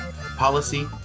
policy